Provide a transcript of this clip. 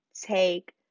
take